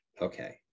okay